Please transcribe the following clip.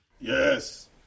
Yes